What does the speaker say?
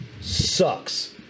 sucks